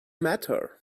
matter